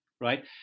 right